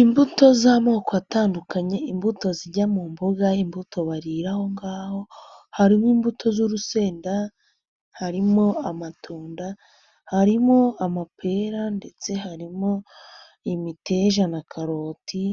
Imbuto z'amoko atandukanye, imbuto zijya mu mbuga, imbuto baririra aho ngaho, harimo imbuto z'urusenda, harimo amatunda, harimo amapera ndetse harimo imiteja na karoti,